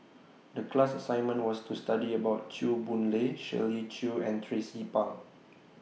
The class assignment was to study about Chew Boon Lay Shirley Chew and Tracie Pang